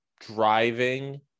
driving